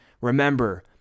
Remember